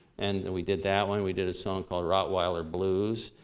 and we did that one. we did a song called rottweiler blues.